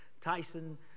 Tyson